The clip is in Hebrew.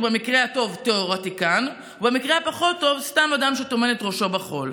במקרה הטוב תיאורטיקן ובמקרה הפחות-טוב סתם אדם שטומן את ראשו בחול.